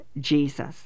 Jesus